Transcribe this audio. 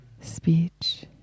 speech